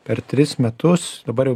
per tris metus dabar jau